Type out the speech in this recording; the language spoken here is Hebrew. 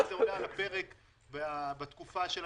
בוקר טוב, אני מתכבד לפתוח את ישיבת ועדת הכספים.